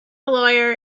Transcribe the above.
lawyer